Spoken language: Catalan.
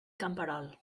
camperol